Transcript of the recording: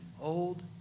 old